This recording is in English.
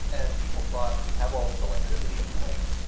and people thought, we have all this electricity at night.